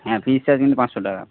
হ্যা ফিজটা কিন্তু পাঁচশো টাকা